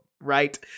right